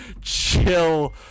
chill